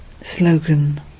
Slogan